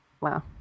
wow